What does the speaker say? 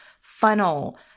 funnel